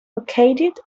located